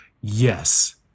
Yes